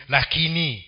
Lakini